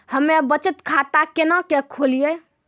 हम्मे बचत खाता केना के खोलियै?